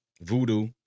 Voodoo